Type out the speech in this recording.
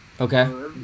Okay